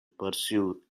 pursue